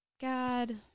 God